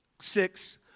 six